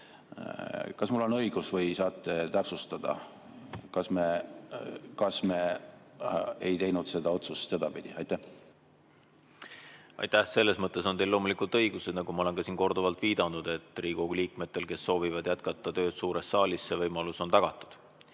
Kas mul on õigus või saate täpsustada, kas me ei teinud seda otsust sedapidi? Aitäh! Selles mõttes on teil loomulikult õigus – nagu ma olen siin korduvalt viidanud –, et Riigikogu liikmetele, kes soovivad jätkata tööd suures saalis, see võimalus on tagatud.